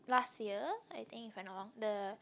last year I think if I not wrong the